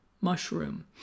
mushroom